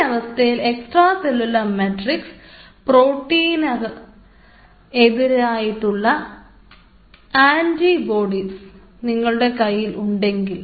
ഈ അവസ്ഥയിൽ extra cellular matrix പ്രോട്ടീകനു എതിരായിട്ടുള്ള ആൻറി ബോഡീസ് നിങ്ങളുടെ കയ്യിൽ ഉണ്ടെങ്കിൽ